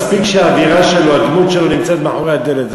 מספיק שהדמות שלו נמצאת מאחורי הדלת.